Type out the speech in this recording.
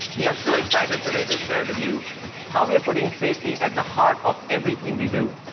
we are so excited today to share with you how we are putting safety at the heart of everything we do.